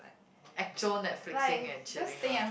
actual netflixing and chilling lah